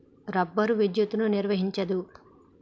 rubber విద్యుత్తును నిర్వహించదు